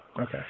Okay